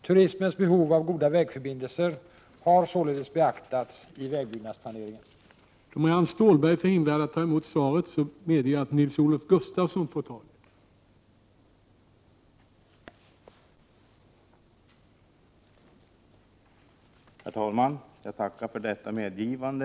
Turismens behov av goda vägförbindelser har således beaktats i vägbyggnadsplaneringen.